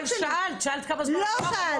אבל שאלת, שאלת כמה זמן --- לא שאלתי.